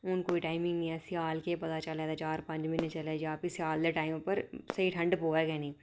हून कोई टाइमिंग निं ऐ सेआल केह् पता चलै ते चार पंज म्हीनै चले जां भी सेआल दे टाईम पर स्हेई ठंड पवै गै नेईं